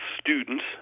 students